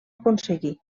aconseguir